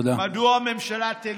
מדוע הממשלה, תודה.